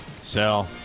Sell